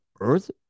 earth